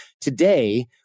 Today